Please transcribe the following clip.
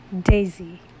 Daisy